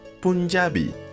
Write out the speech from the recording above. Punjabi